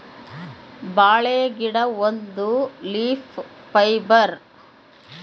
ಬಾಳೆ ಗಿಡ ಒಂದು ಲೀಫ್ ಫೈಬರ್